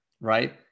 Right